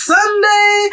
Sunday